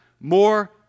more